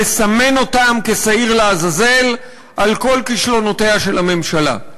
לסמן אותם כשעיר לעזאזל על כל כישלונותיה של הממשלה,